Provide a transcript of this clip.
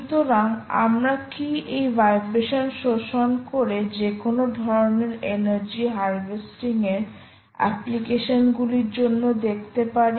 সুতরাং আমরা কি এই ভাইব্রেশন শোষণ করে যেকোন ধরণের এনার্জি হারভেস্টিং এর অ্যাপ্লিকেশনগুলির জন্য দেখতে পারি